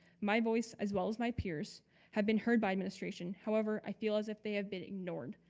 my voice as well as my peers have been heard by administration. however, i feel as if they have been ignored.